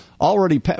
already